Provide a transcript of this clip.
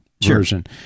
version